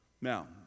Now